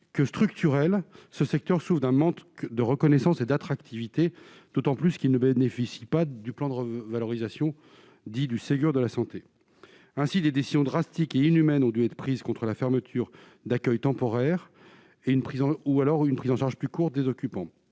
que structurelle, ce secteur souffrent d'un manque de reconnaissance et d'attractivité, d'autant plus qu'ils ne bénéficient pas du plan de revalorisation du Ségur de la santé ainsi des décisions drastiques et inhumaines, ont dû être prises contre la fermeture d'accueil temporaire et une prison ou alors une prise en charge plus courts, des occupants